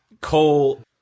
Cole